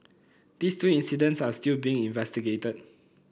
these two incidents are still being investigated